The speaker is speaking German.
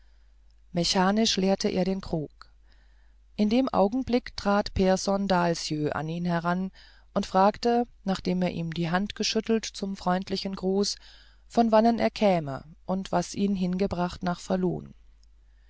mechanisch leerte er den krug in dem augenblick trat pehrson dahlsjö an ihn heran und fragte nachdem er ihm die hand geschüttelt zum freundlichen gruß von wannen er käme und was ihn hingebracht nach falun